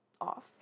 off